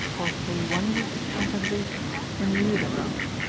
or pay one week's compensation in lieu thereof.